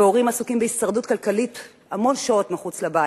והורים עסוקים בהישרדות כלכלית המון שעות מחוץ לבית,